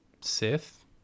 Sith